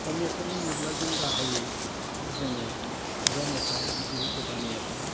दा मेथाइ होनोब्ला जों गाहायै जोङो खुगा मेथाइ बिदि गोदान मेथाइ